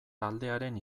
taldearen